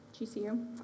GCU